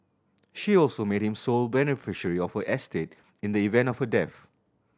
she also made him sole beneficiary of her estate in the event of her death